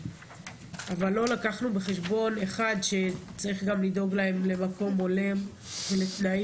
אבל לא לקחנו בחשבון שצריך גם לדאוג להם למקום הולם ולתנאים.